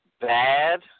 bad